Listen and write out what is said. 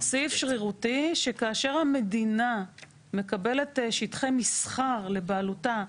סעיף שרירותי שכאשר המדינה מקבלת שטחי מסחר לבעלותה,